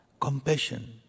compassion